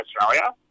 Australia